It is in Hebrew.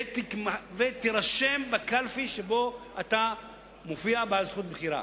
ותירשם בקלפי שבה אתה מופיע כבעל זכות בחירה.